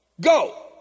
Go